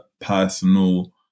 personal